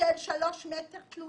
תלולים של שלושה מטרים,